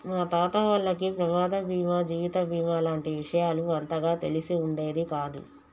మా తాత వాళ్లకి ప్రమాద బీమా జీవిత బీమా లాంటి విషయాలు అంతగా తెలిసి ఉండేది కాదు